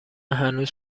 هنوز